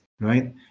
right